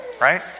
right